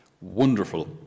wonderful